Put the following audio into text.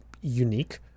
unique